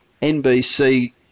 NBC